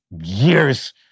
years